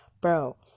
Bro